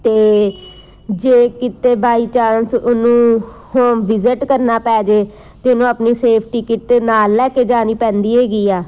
ਅਤੇ ਜੇ ਕਿਤੇ ਬਾਈ ਚਾਂਸ ਉਹਨੂੰ ਹੋਮ ਵਿਜਿਟ ਕਰਨਾ ਪੈ ਜੇ ਤਾਂ ਉਹਨੂੰ ਆਪਣੀ ਸੇਫਟੀ ਕਿੱਟ ਨਾਲ ਲੈ ਕੇ ਜਾਣੀ ਪੈਂਦੀ ਹੈਗੀ ਆ